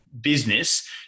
business